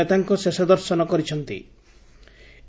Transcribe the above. ନେତାଙ୍କ ଶେଷ ଦର୍ଶନ କରିଚ୍ଚନ୍ତି